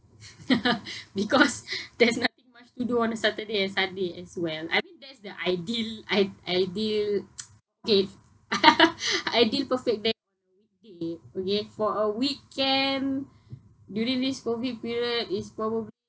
because there's nothing much to do on a saturday and sunday as well I mean that's the ideal i~ ideal K ideal perfect day okay for a weekend during this COVID period is proba~